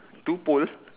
two pole